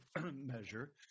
measure